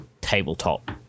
tabletop